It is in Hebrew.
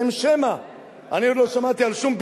גם אנשי הליכוד,